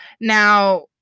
Now